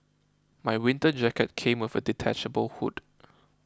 my winter jacket came with a detachable hood